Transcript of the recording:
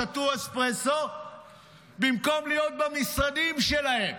שתו אספרסו במקום להיות במשרדים שלהם